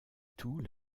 tout